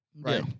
right